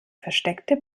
versteckte